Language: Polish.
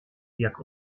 jak